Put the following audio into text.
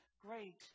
great